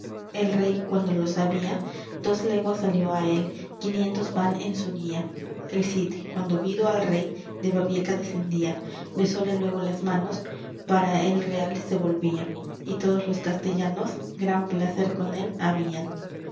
el rey cuando lo sabía dos leguas salió á él quinientos van en su guía el cid cuando vido al rey de babieca descendía besóle luégo las manos para el real se volvía y todos los castellanos gran placer con él habían